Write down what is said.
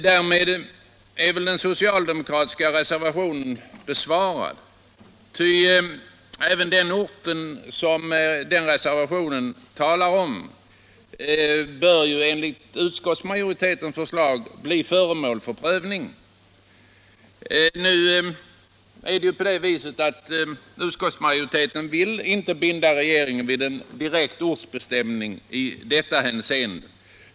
Därmed är väl den socialdemokratiska reservationen besvarad, ty även den ort som det talas om i den bör enligt utskottsmajoriteten förslag bli föremål för prövning. Utskottsmajoriteten vill dock inte binda regeringen vid en direkt ortsbestämning.